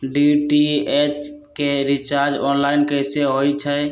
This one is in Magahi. डी.टी.एच के रिचार्ज ऑनलाइन कैसे होईछई?